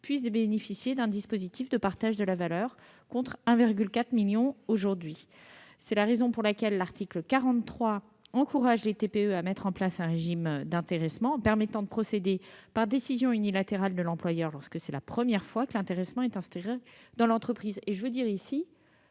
puissent bénéficier d'un dispositif de partage de la valeur, contre 1,4 million aujourd'hui. C'est la raison pour laquelle l'article 43 encourage les TPE à mettre en place un régime d'intéressement permettant de procéder par décision unilatérale de l'employeur lorsque c'est la première fois que l'intéressement est instauré dans l'entreprise. Les organisations